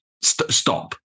Stop